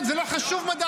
על מה אתה מדבר?